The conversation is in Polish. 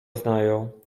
znają